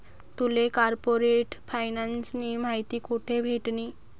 तुले कार्पोरेट फायनान्सनी माहिती कोठे भेटनी?